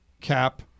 cap